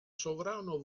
sovrano